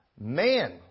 Man